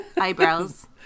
Eyebrows